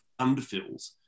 underfills